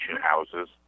houses